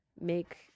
make